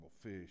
fish